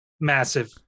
massive